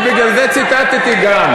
אני, בגלל זה, ציטטתי גם.